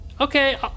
Okay